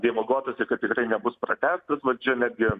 dievagotasi kad tikrai nebus pratęstas va čia netgi